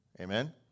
amen